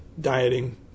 dieting